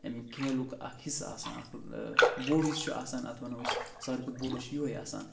اَمہِ کھیلُک اَکھ حصہٕ آسان اَکھ بوٚڈ حصہٕ چھُ آسان اَتھ وَنَو أسۍ سارِوی کھۄتہٕ بوٚڈ چھُ یِہوٚے آسان